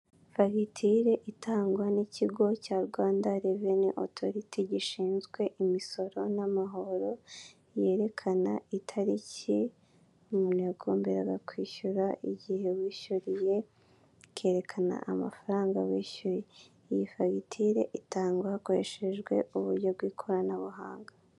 Fagitire itangwa nikigo cya rwanda reveni otoriti gishinzwe imisoro n'amahoro, yerekana itariki umuntu yagomberaga kwishyura, igihe wishyuriye ikerekana amafaranga wishyuye. Iyi fagitire itangwa hakoreshejwe uburyo bw'ikoranabuhanga.